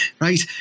right